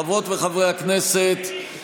חברות וחברי הכנסת,